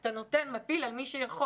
אתה מפיל על מי שיכול.